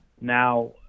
now